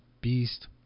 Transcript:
beast